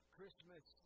Christmas